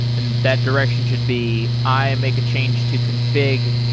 and that direction should be i make a change to config.